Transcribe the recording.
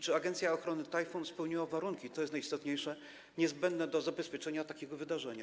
Czy agencja ochrony Tajfun spełniła warunki - to jest najistotniejsze - niezbędne do zabezpieczenia takiego wydarzenia?